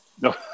No